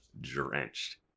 drenched